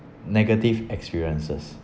negative experiences